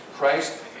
Christ